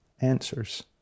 answers